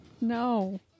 No